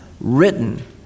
written